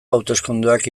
hauteskundeak